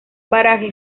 paraje